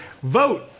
Vote